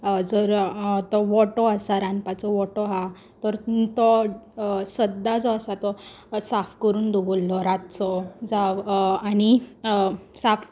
जर तो ओठो आसा रांदपाचो ओठो हा तर तो सदां जो आसा तो साफ करून दवरलो रातचो जावं आनी साफ